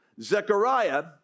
Zechariah